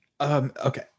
Okay